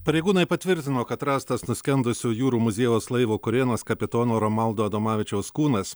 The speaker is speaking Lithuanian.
pareigūnai patvirtino kad rastas nuskendusio jūrų muziejaus laivo kurėnas kapitono romaldo adomavičiaus kūnas